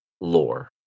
lore